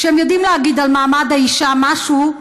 כשהם יודעים להגיד על מעמד האישה משהו,